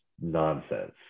nonsense